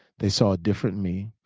they saw a different me.